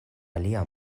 alia